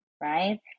Right